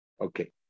Okay